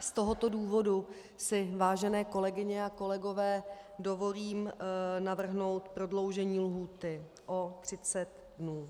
Z tohoto důvodu si, vážené kolegyně a kolegové, dovolím navrhnout prodloužení lhůty o 30 dnů.